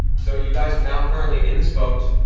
so you guys are now currently in this boat,